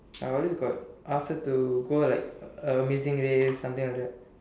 I always got ask her to go like amazing race something like that